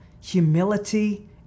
humility